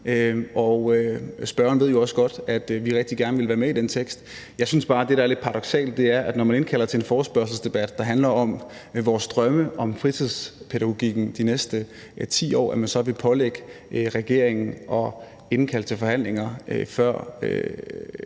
Og spørgeren ved jo også godt, at vi rigtig gerne ville være med i den vedtagelsestekst. Jeg synes bare, det er lidt paradoksalt, at man, når man indkalder til en forespørgselsdebat, der handler om vores drømme om fritidspædagogikken de næste 10 år, så vil pålægge regeringen at indkalde til forhandlinger før